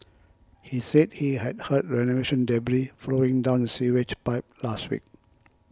he said he had heard renovation debris flowing down the sewage pipe last week